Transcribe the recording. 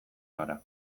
gara